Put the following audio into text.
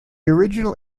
original